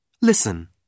Listen